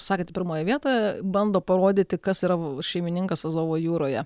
sakėt pirmoje vietoje bando parodyti kas yra šeimininkas azovo jūroje